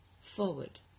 forward